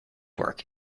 work